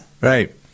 right